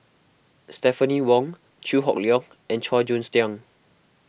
Stephanie Wong Chew Hock Leong and Chua Joon Siang